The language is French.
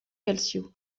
calcio